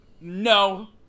No